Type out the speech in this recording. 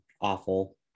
awful